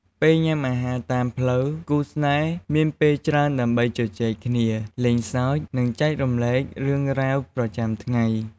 ពេលញ៉ាំអាហារតាមផ្លូវ គូស្នេហ៍មានពេលច្រើនដើម្បីជជែកគ្នា លេងសើច និងចែករំលែករឿងរ៉ាវប្រចាំថ្ងៃ។